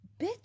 Bitch